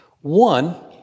One